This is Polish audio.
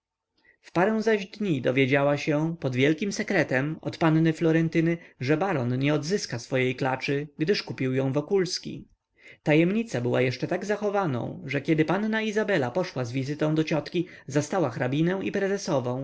w parę zaś dni dowiedziała się pod wielkim sekretem od panny florentyny że baron nie odzyska swojej klaczy gdyż kupił ją wokulski tajemnica była jeszcze tak zachowywaną że kiedy panna izabela poszła z wizytą do ciotki zastała hrabinę i prezesową